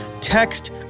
text